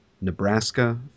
Nebraska